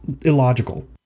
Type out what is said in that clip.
illogical